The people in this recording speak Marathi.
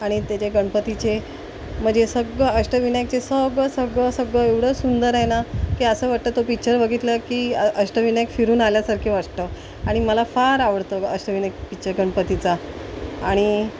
आणि त्याच्या गणपतीचे म्हणजे सगळं अष्टविनायकाचे सगळं सगळं सगळं एवढं सुंदर आहे ना की असं वाटतं तो पिक्चर बघितलं की अष्टविनायक फिरून आल्यासारखे वाटतं आणि मला फार आवडतो अष्टविनायक पिच्चर गणपतीचा आणि